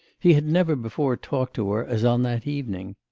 he had never before talked to her as on that evening.